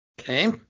okay